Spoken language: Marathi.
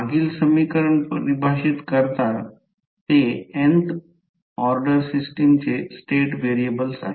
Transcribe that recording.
मागील समीकरण परिभाषित करता ते nth ऑर्डर सिस्टमचे स्टेट व्हेरिएबल आहेत